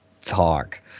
talk